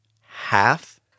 half